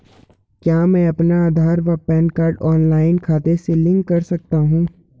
क्या मैं अपना आधार व पैन कार्ड ऑनलाइन खाते से लिंक कर सकता हूँ?